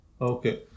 Okay